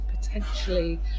potentially